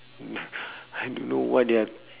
mm I don't know what they are